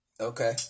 Okay